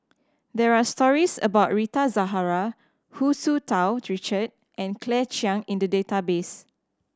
there are stories about Rita Zahara Hu Tsu Tau Richard and Claire Chiang in the database